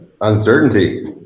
Uncertainty